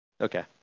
Okay